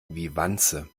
wanze